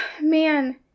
Man